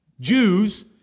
Jews